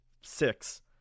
six